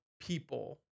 people